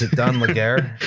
dun la gayre?